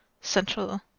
Central